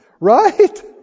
Right